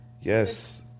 Yes